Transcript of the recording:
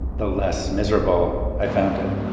the less miserable i found it.